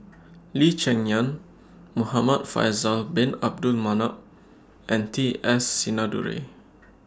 Lee Cheng Yan Muhamad Faisal Bin Abdul Manap and T S Sinnathuray